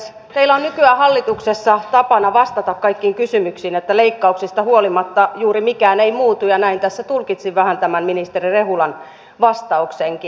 teillä on nykyään hallituksessa tapana vastata kaikkiin kysymyksiin että leikkauksista huolimatta juuri mikään ei muutu ja näin tässä tulkitsin vähän tämän ministeri rehulan vastauksenkin